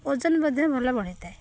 ଓଜନ ମଧ୍ୟ ଭଲ ବଢ଼ିଥାଏ